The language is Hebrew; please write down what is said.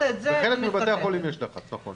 בחלק מבתי החולים יש לחץ, נכון.